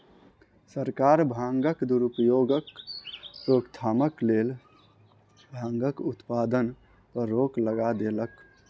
सरकार भांगक दुरुपयोगक रोकथामक लेल भांगक उत्पादन पर रोक लगा देलक